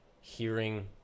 hearing